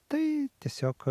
tai tiesiog